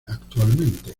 actualmente